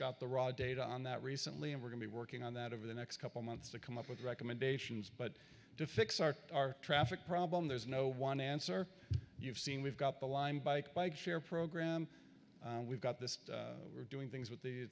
got the raw data on that recently and we're going to be working on that over the next couple months to come up with recommendations but to fix our traffic problem there's no one answer you've seen we've got the line by bike share program we've got this we're doing things with